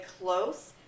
close